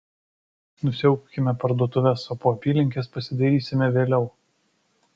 nusiaubkime parduotuves o po apylinkes pasidairysime vėliau